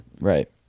Right